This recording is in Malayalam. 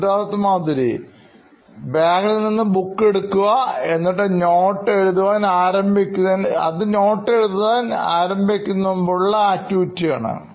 Siddharth Maturi CEO Knoin Electronics ബാഗിൽനിന്ന് ബുക്ക് എടുക്കുക എന്നുള്ളത് നോട്ട് എഴുതുവാൻ ആരംഭിക്കുന്നതിന് മുമ്പുള്ളആക്ടിവിറ്റി ആണ്